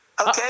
Okay